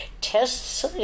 tests